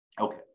okay